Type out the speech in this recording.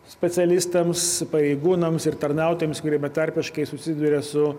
specialistams pareigūnams ir tarnautojams kurie betarpiškai susiduria su